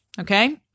okay